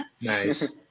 Nice